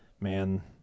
man